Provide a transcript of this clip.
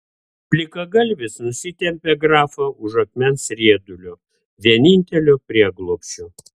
plikagalvis nusitempė grafą už akmens riedulio vienintelio prieglobsčio